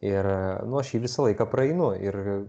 ir nu aš jį visą laiką praeinu ir